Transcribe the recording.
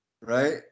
right